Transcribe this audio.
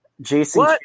Jason